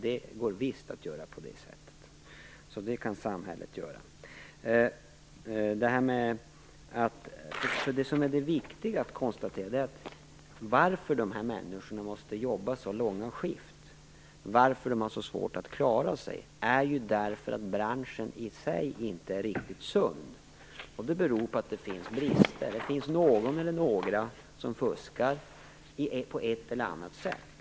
Det går visst att göra på det sättet. Det kan samhället alltså göra. Det som det är viktigt att konstatera är anledningen till att de här människorna måste jobba så långa skift. Skälet till att de har så svårt att klara sig är ju att branschen i sig inte är riktigt sund. Det beror på att det finns brister. Någon eller några fuskar på ett eller annat sätt.